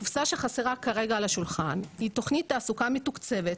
הקופסה שחסרה כרגע על השולחן היא תכנית תעסוקה מתוקצבת,